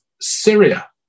Syria